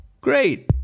Great